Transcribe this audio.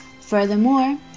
Furthermore